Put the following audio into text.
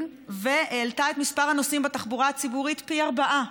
והעלתה את מספר הנוסעים בתחבורה הציבורית פי ארבעה.